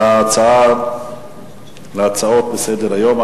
בהצעות לסדר-היום.